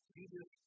Jesus